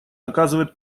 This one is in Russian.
оказывает